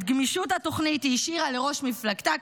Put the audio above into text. את גמישות התוכנית היא השאירה לראש מפלגתה,